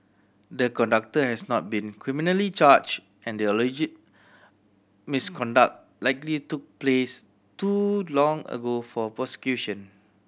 the conductor has not been criminally charged and the alleged misconduct likely took place too long ago for prosecution